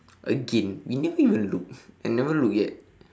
again we never even look I never look yet